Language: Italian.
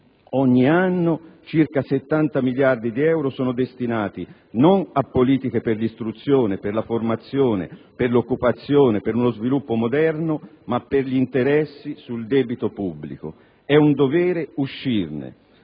ogni anno circa 70 miliardi di euro sono destinati non a politiche per l'istruzione, per la formazione, per l'occupazione, per uno sviluppo moderno, ma per gli interessi sul debito pubblico. È un dovere uscirne.